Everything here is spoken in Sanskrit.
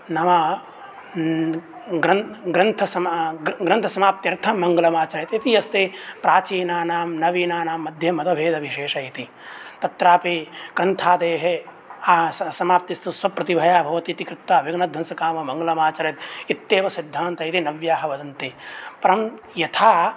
न वा ग्रन् ग्रन्थसमा ग्रन्थसमाप्त्यर्थं मङ्गलमाचरेत् इति अस्ति प्राचीनानां नवीनानां मध्ये मतभेदविशेषः इति तत्रापि ग्रन्थादेः स समाप्तिस्तु सप्रतिभया भवति इति कृत्वा विघ्नध्वंसकामो मङ्गलमाचरेत् इत्येव सिद्धान्त इति नव्याः वदन्ति परं यथा